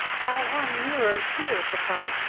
i am nearer here, papa.